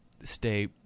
stay